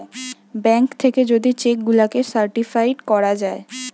bank থাকে যদি cheque গুলাকে সার্টিফাইড করা যায়